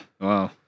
Wow